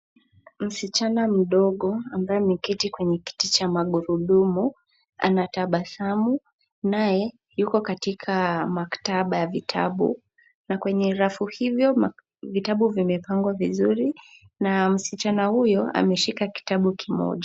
Msichana mdogo ambaye ameketi kwenye kiti cha magurudumu anatabasamu naye yuko katika maktaba ya vitabu na kwenye rafu hivyo vitabu vimepangwa vizuri na msichana huyo ameshika kitabu kimoja.